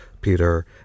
Peter